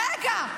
רגע.